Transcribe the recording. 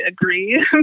agree